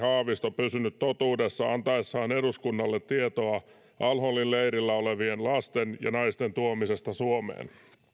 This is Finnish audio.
haavisto pysynyt totuudessa antaessaan eduskunnalle tietoa al holin leirillä olevien lasten ja naisten tuomisesta suomeen